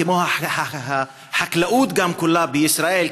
כמו החקלאות כולה בישראל,